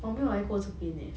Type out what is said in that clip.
我没有来过这边 leh